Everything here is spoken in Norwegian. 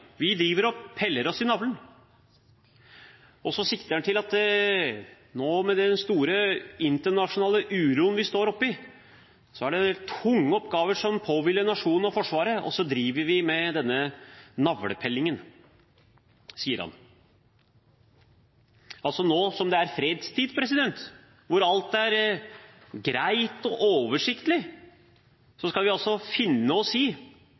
vi driver og piller oss i navlen. Og så sikter han til at det med den store internasjonale uroen vi nå står oppe i, er tunge oppgaver som påhviler nasjonen og Forsvaret, og så driver vi med denne navlepillingen. Nå som det er fredstid, og alt er greit og oversiktlig, skal vi altså finne oss i at Forsvaret lager to sett av dokumenter for å